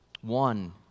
One